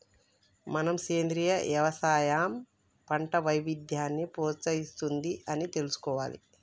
మనం సెంద్రీయ యవసాయం పంట వైవిధ్యాన్ని ప్రోత్సహిస్తుంది అని తెలుసుకోవాలి